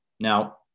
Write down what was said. Now